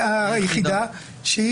היחידה,